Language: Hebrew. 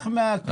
נשכח מהכסף הזה.